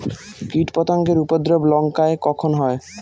কীটপতেঙ্গর উপদ্রব লঙ্কায় কখন হয়?